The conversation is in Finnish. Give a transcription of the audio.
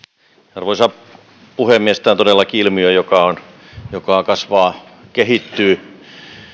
arvoisa puhemies tämä on todellakin ilmiö joka kasvaa kehittyy